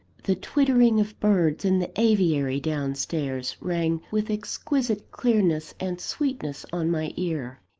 the twittering of birds in the aviary down stairs, rang with exquisite clearness and sweetness on my ear.